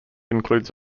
includes